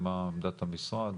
מה עמדת המשרד?